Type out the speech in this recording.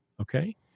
Okay